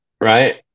right